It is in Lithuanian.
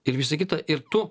ir visa kita ir tu